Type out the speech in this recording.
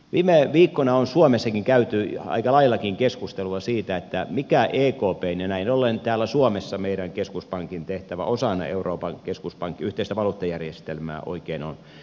viime viikkoina on suomessakin käyty aika laillakin keskustelua siitä mikä ekpn tehtävä ja näin ollen täällä suomessa meidän keskuspankkimme tehtävä osana euroopan keskuspankkia yhteistä valuuttajärjestelmää oikein on